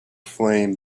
flame